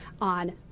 on